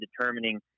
determining